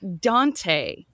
Dante